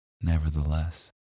Nevertheless